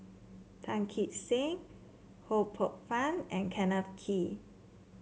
Tan Kee Sek Ho Poh Fun and Kenneth Kee